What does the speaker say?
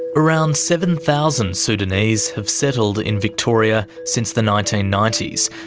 around seven thousand sudanese have settled in victoria since the nineteen ninety s,